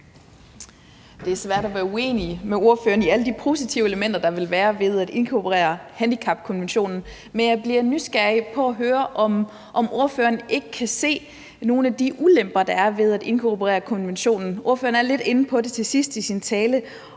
Det er svært at være uenig med ordføreren i alle de positive elementer, der ville være ved at inkorporere handicapkonventionen. Men jeg bliver nysgerrig på at høre, om ordføreren ikke kan se nogle af de ulemper, der er ved at inkorporere konventionen. Ordføreren er lidt inde på det til sidst i sin tale.